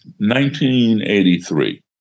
1983